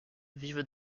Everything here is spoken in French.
vivent